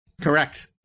Correct